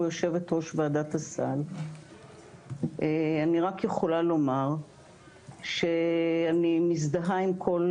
יו"ר וועדת הסל אני רק יכולה לומר שאני מזדהה עם כל